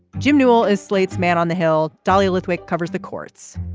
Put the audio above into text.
jim newell is slate's man on the hill. dahlia lithwick covers the courts